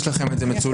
יש לכם את זה מצולם,